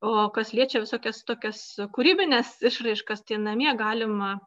o kas liečia visokias tokias kūrybines išraiškas tai namie galima